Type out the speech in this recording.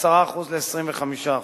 מ-10% ל-25%.